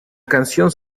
canción